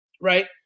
Right